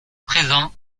présent